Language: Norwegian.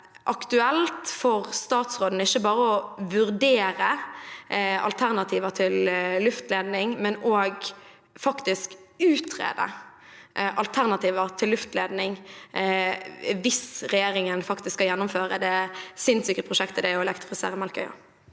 aktuelt for statsråden ikke bare å vurdere alternativer til luftledning, men også faktisk å utrede alternativer til luftledning hvis regjeringen faktisk skal gjennomføre det sinnssyke prosjektet det er å elektrifisere Melkøya?